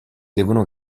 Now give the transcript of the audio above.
devono